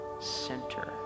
center